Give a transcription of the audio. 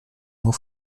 nur